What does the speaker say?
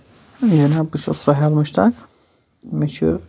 بہٕ چھُس ساہل مُشتاق مےٚ چھُ